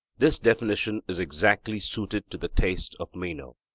this definition is exactly suited to the taste of meno,